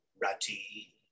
Rati